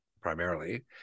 primarily